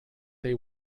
they